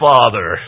Father